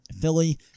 Philly